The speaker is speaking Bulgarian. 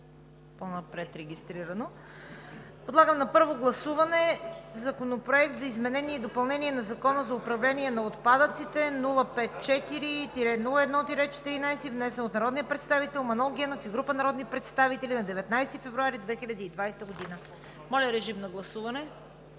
по-напред регистрирано. Подлагам на първо гласуване Законопроект за изменение и допълнение на Закона за управление на отпадъците, № 054-01-14, внесен от народния представител Манол Генов и група народни представители на 19 февруари 2020 г. Гласували